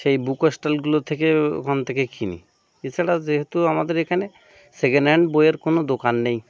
সেই বুক স্টলগুলো থেকে ওখান থেকে কিনি এছাড়া যেহেতু আমাদের এখানে সেকেন্ড হ্যান্ড বইয়ের কোনো দোকান নেই